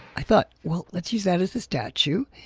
i thought, well, let's use that as a statue.